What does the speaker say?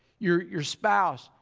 your your spouse,